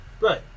Right